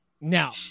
Now